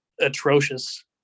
atrocious